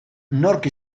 nork